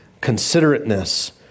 considerateness